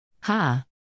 Ha